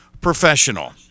professional